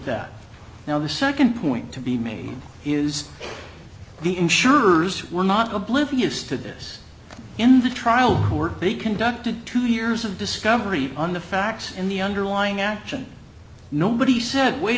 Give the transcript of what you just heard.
that now the second point to be made is the insurers who were not oblivious to this in the trial court they conducted two years of discovery on the facts in the underlying action nobody said wait